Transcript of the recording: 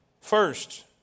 First